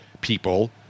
people